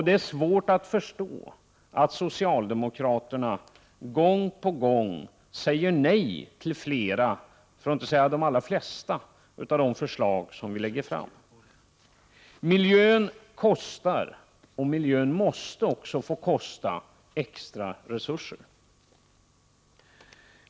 Det är svårt att förstå att socialdemokraterna gång på gång säger nej till flera, för att inte säga de allra flesta, av de förslag vi lägger fram. Miljön kostar, och den måste också få kosta i form av extra resurser.